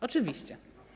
Oczywiście.